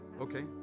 Okay